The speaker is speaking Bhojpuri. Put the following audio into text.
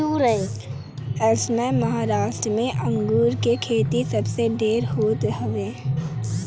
एसमय महाराष्ट्र में अंगूर के खेती सबसे ढेर होत हवे